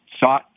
sought